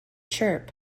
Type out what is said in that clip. chirp